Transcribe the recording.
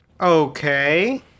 Okay